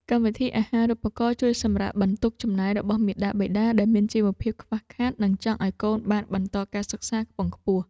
កម្មវិធីអាហារូបករណ៍ជួយសម្រាលបន្ទុកចំណាយរបស់មាតាបិតាដែលមានជីវភាពខ្វះខាត និងចង់ឱ្យកូនបានបន្តការសិក្សាខ្ពង់ខ្ពស់។